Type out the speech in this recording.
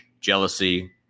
jealousy